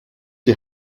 die